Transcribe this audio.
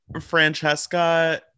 francesca